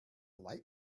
light